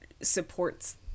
supports